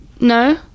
no